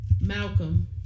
Malcolm